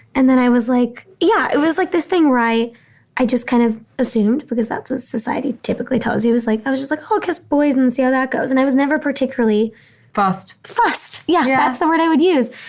and then i was like, yeah. it was like this thing where i, i just kind of assumed because that's what society typically tells you was like, i was just like oh, i'll kiss boys and see how that goes. and i was never particularly fussed fussed. yeah yeah that's the word i would use.